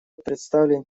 представлен